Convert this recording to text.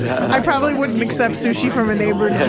i probably wouldn't accept sushi from a neighbor